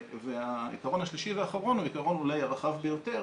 העיקרון השלישי והאחרון הוא העיקרון אולי הרחב ביותר